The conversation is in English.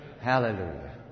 Hallelujah